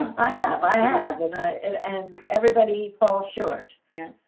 um i have i have and i and everybody falls short. yeah